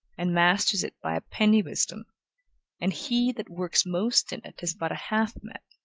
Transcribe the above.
and masters it by a penny-wisdom and he that works most in it, is but a half-man,